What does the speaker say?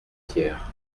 hier